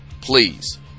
Please